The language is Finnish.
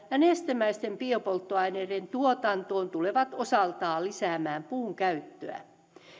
ja nestemäisten biopolttoaineiden tuotantoon tulevat osaltaan lisäämään puunkäyttöä